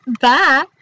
Bye